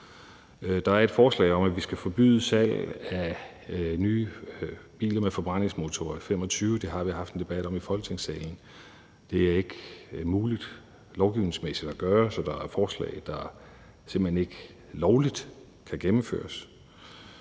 Der er et forslag om, at vi skal forbyde salg af nye biler med forbrændingsmotorer i 2025. Det har vi haft en debat om i Folketingssalen; det er ikke muligt lovgivningsmæssigt at gøre det, så der er forslag, der simpelt hen ikke lovligt kan gennemføres.